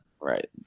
Right